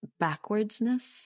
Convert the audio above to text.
backwardsness